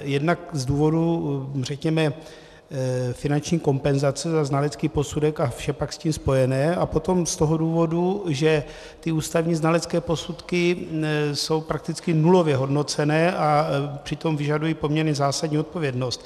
Jednak z důvodů, řekněme, finanční kompenzace za znalecký posudek a vše pak s tím spojené a potom z toho důvodu, že ústavní znalecké posudky jsou prakticky nulově hodnocené a přitom vyžadují poměrně zásadní odpovědnost.